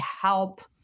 help